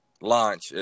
launch